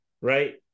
right